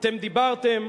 אתם דיברתם,